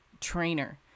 trainer